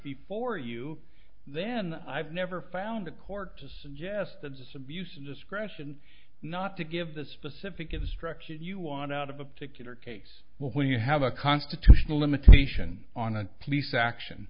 before you then i've never found a court to suggest the disabuses discretion not to give the specific instruction you want out of a particular case but when you have a constitutional limitation on a police action